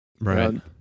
Right